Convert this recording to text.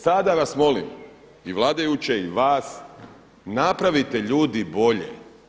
Sada vas molim i vladajuće i vas napravite ljudi bolje.